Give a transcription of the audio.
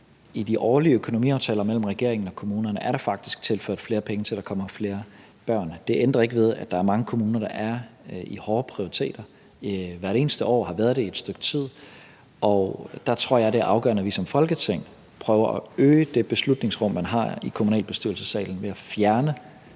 i de årlige økonomiaftaler mellem regeringen og kommunerne er der faktisk tilført flere penge til, at der kommer flere børn. Det ændrer ikke ved, at der er mange kommuner, der står med hårde prioriteringer hvert eneste år og har gjort det i et stykke tid, og der tror jeg, at det afgørende, at vi som Folketing prøver at øge det beslutningsrum, man har i kommunalbestyrelsessalen ved at fjerne